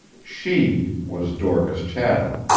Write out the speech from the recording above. she was dorcas chatham,